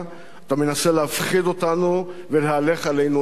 אתה מנסה להפחיד אותנו ולהלך עלינו אימים.